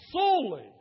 solely